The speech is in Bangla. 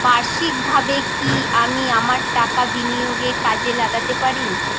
বার্ষিকভাবে কি আমি আমার টাকা বিনিয়োগে কাজে লাগাতে পারি?